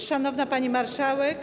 Szanowna Pani Marszałek!